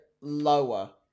lower